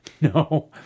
No